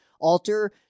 alter